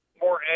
more